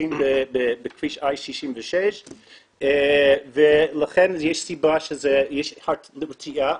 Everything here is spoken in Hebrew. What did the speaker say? כשנוסעים בכביש 66. לכן יש סיבה שיש רתיעה.